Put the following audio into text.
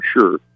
sure